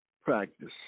practice